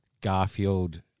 Garfield